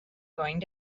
going